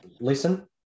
listen